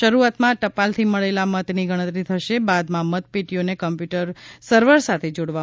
શરૂઆતમાં ટપાલથી મળેલા મતની ગણતરી થશે બાદમાં મતપેટીઓને કમ્પ્યુટર સર્વર સાથે જોડવામાં આવશે